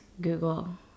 google